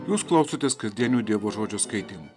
jūs klausotės kasdienių dievo žodžio skaitymų